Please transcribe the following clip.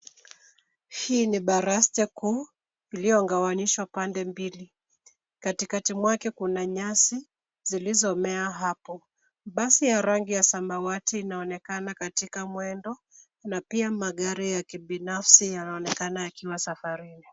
Hii ni baraste kuu iliyouganishwa pande mbili. Katikati mwake kuna nyasi zilizomea hapo. Basi ya rangi ya samawati inaonekana katika mwendo na pia magari ya kibinafsi yanaonekana yakiwa safarini.